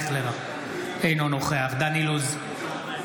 אברהם יצחק הכהן קוק (ציון זכרו ופועלו),